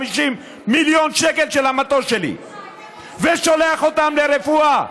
מיליון שקל של המטוס שלי ושולח אותם לרפואה,